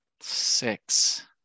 Six